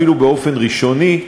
אפילו באופן ראשוני,